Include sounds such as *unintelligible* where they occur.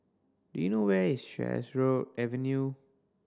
do you know where is Sheares *unintelligible* Avenue